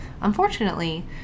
Unfortunately